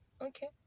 okay